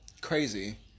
crazy